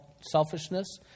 selfishness